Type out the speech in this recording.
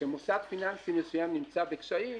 שמוסד פיננסי מסוים נמצא בקשיים,